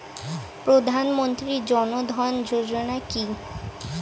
প্রধানমন্ত্রী জনধন যোজনা কি?